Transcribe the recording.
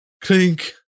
Clink